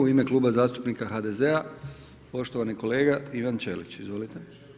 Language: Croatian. U ime Kluba zastupnika HDZ-a poštovani kolega Ivan Ćelić, izvolite.